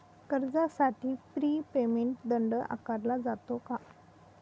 कर्जासाठी pre payment दंड आकारला जातो का?